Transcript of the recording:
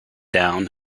down